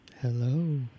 Hello